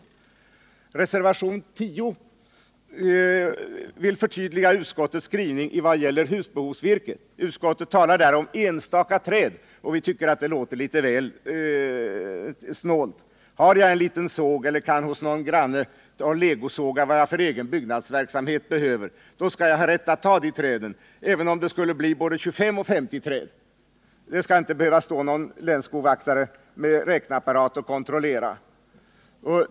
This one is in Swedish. I reservation 10 vill vi förtydliga utskottets skrivning när det gäller husbehovsvirke. Utskottet talar där om enstaka träd. Vi tycker att det låter litet väl snålt. Har jag en liten såg eller kan legosåga hos någon granne vad jag behöver för egen byggnadsverksamhet skall jag ha rätt att ta de träden, även om det skulle bli både 25 och 50 träd. Det skall inte behöva stå någon länsskogvaktare med räkneapparat och kontrollera!